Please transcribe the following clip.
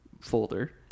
folder